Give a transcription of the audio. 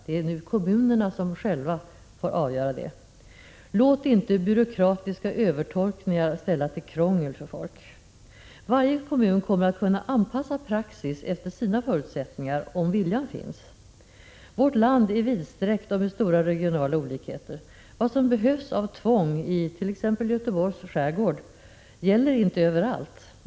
Nu är det kommunerna som själva får avgöra detta. Låt inte byråkratiska övertolkningar ställa till krångel för folk! Varje kommun kommer att kunna anpassa praxis efter sina förutsättningar, om viljan finns. Vårt land är vidsträckt, med stora regionala olikheter. Vad som behövs av tvång i t.ex. Göteborgs skärgård gäller inte överallt.